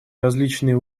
различные